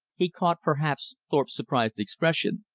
he caught, perhaps, thorpe's surprised expression.